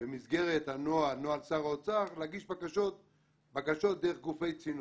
במסגרת נוהל שר האוצר להגיש בקשות דרך גופי צינור.